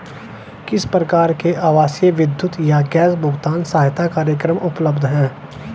किस प्रकार के आवासीय विद्युत या गैस भुगतान सहायता कार्यक्रम उपलब्ध हैं?